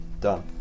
Done